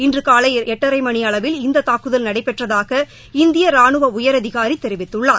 இன்று காலை எட்டரை மணி அளவில் இந்த தாக்குதல் நடைபெற்றதாக இந்திய ராணுவ உயரதிகாரி தெரிவித்துள்ளார்